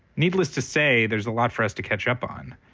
needless to say, there's a lot for us to catch up on.